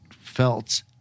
felt